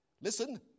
Listen